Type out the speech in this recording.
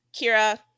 Kira